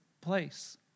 place